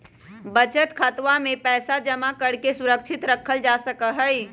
बचत खातवा में पैसवा जमा करके सुरक्षित रखल जा सका हई